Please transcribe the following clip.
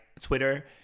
Twitter